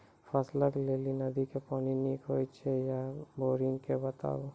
फसलक लेल नदी के पानि नीक हे छै या बोरिंग के बताऊ?